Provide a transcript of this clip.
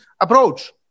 approach